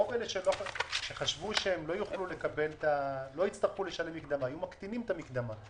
רוב אלה שחשבו שהם לא יצטרכו לשלם מקדמה היו מקטינים את המקדמה.